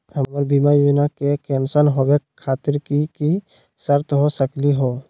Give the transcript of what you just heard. हमर बीमा योजना के कैन्सल होवे खातिर कि कि शर्त हो सकली हो?